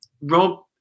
Rob